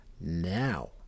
Now